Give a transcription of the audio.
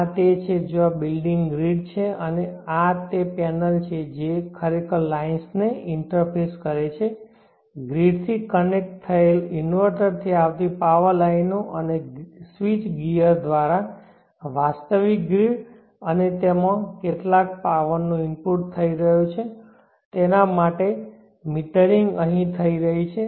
આ તે છે જ્યાં બિલ્ડિંગ ગ્રીડ છે અને આ તે પેનલ છે જે ખરેખર લાઇન્સ ને ઇન્ટરફેસ કરે છે ગ્રીડથી કનેક્ટ થયેલ ઇન્વર્ટરથી આવતી પાવર લાઇનો અને સ્વીચ ગિઅર દ્વારા વાસ્તવિક ગ્રીડ અને તેમાં કેટલા પાવર નો ઇનપુટ થઈ રહ્યો છે તેના માટે મીટરિંગ અહીં થઈ રહી છે